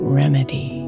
remedy